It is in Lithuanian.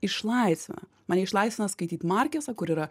išlaisvina mane išlaisvina skaityti markesą kur yra